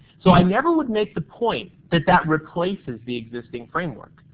so, i never would make the point that that replaces the existing framework.